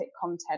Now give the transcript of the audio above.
content